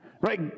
Right